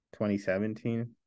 2017